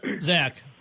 Zach